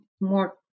more